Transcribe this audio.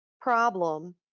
problem